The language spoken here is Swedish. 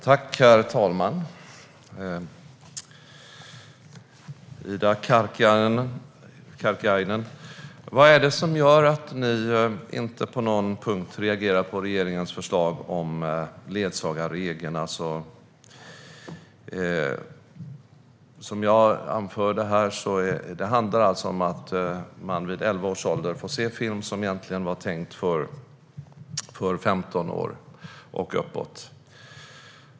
Herr talman! Vad är det som gör, Ida Karkiainen, att ni inte på någon punkt reagerar på regeringens förslag om ledsagarregeln? Det handlar alltså om att ett barn vid elva års ålder får se film som egentligen var tänkt för femton år och uppåt.